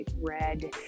red